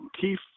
Keith